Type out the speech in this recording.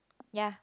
ya